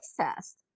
test